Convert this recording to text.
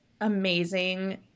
amazing